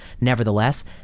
Nevertheless